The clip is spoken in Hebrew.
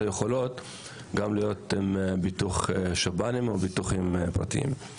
היכולות גם להיות עם ביטוח שב"נים או ביטוחים פרטיים.